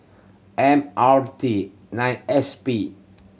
M R T nine S P